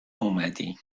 اومدی